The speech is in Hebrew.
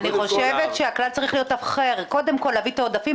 אני חושבת שהכלל צריך להיות אחר - קודם כל להביא את העודפים,